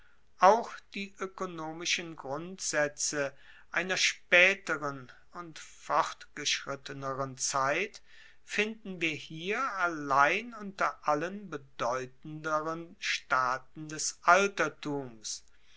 auch die oekonomischen grundsaetze einer spaeteren und vorgeschritteneren zeit finden wir hier allein unter allen bedeutenderen staaten des altertums